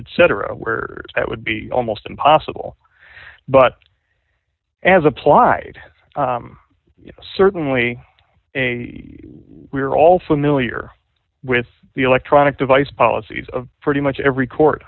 etc where that would be almost impossible but as applied certainly we're all familiar with the electronic device policies of pretty much every court